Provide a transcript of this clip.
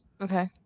okay